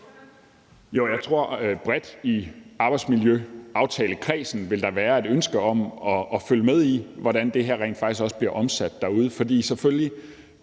at der bredt i arbejdsmiljøaftalekredsen vil være et ønske om at følge med i, hvordan det her rent faktisk også bliver omsat derude,